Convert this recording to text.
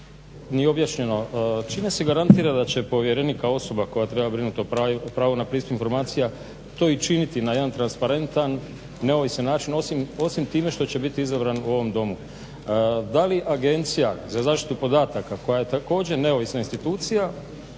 ni objašnjeno čime se garantira da će povjerenik kao osoba koja treba brinuti o pravu na pristup informacija to i činiti na jedan transparentan neovisan način osim time što će biti izabran u ovom domu. Da li agencija za zaštitu podataka koja je također neovisna institucija